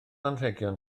anrhegion